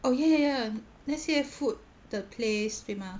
oh ya ya ya 那些 food 的 place 对吗